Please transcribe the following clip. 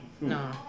No